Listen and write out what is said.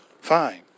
Fine